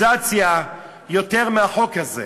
פוליטיזציה יותר מהחוק הזה,